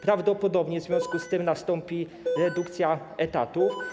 Prawdopodobnie w związku z tym nastąpi redukcja etatów.